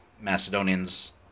macedonians